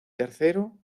tercero